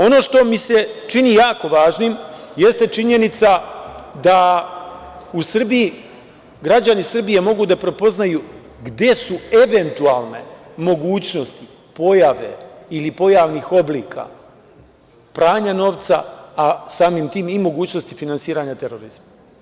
Ono što mi se čini jako važnim, jeste činjenica da u Srbiji građani Srbije mogu da prepoznaju gde su eventualne mogućnosti, pojave ili pojavnih oblika pranja novca, a samim tim i mogućnosti finansiranja terorizma.